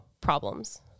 problems